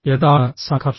എന്താണ് സംഘർഷം